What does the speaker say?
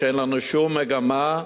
שאין לנו שום מגמה,